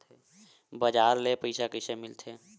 बजार ले पईसा कइसे मिलथे?